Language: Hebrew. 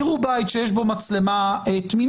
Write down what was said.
יראו בית שיש בו מצלמה תמימה,